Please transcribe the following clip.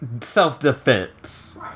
self-defense